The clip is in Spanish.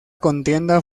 contienda